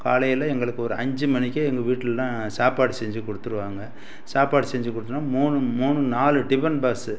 காலையில் எங்களுக்கு ஒரு அஞ்சு மணிக்கே எங்கள் வீட்லெலாம் சாப்பாடு செஞ்சு கொடுத்துருவாங்க சாப்பாடு செஞ்சு கொடுத்தோனே மூணு மூணு நாலு டிபன் பாக்ஸ்ஸு